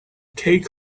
take